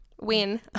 win